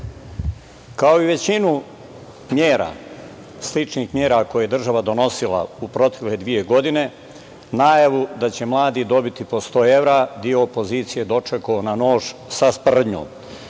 i većinu mera, sličnih mera koje je država donosila u protekle dve godine, najavu da će mladi dobiti po sto evra deo opozicije dočekao je na nož, sa sprdnjom,